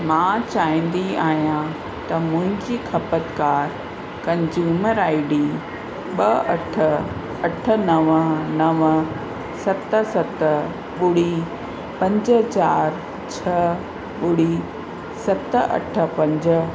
मां चाहींदी आहियां त मुहिंजी खपतकार कंज्यूमर आईडी ॿ अठ अठ नव नव सत सत ॿुड़ी पंज चारि छ्ह ॿुड़ी सत अठ पंज